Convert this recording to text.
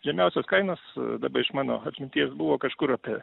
žemiausios kainos daba iš mano atminties buvo kažkur apie